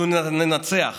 אנחנו ננצח